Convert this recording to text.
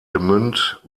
gmünd